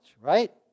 right